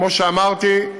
כמו שאמרתי,